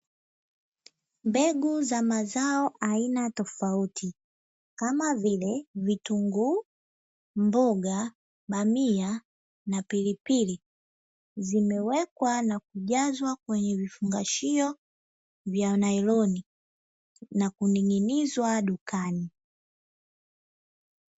Mbegu za mazao aina tofauti kama vile vitunguu, mboga, bamia na pilipili zimewekwa na kujazwa kwenye vifungashio vya nailoni na kuning'inizwa dukani.